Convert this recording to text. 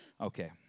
Okay